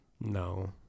No